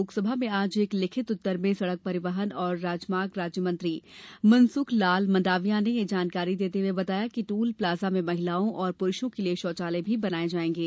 लोकसभा में आज एक लिखित उत्तर में सड़क परिवहन और राजमार्ग राज्यमंत्री मनसुख लाल मंडाविया ने यह जानकारी देते हुए बताया कि टोल प्लाजा में महिलाओं और पुरूषों के लिए शौचालय भी बनाए जाएंगे